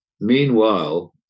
meanwhile